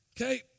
okay